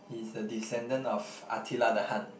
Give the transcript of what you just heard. he is a descendant of Attila the Hun